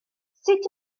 sut